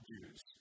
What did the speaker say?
Jews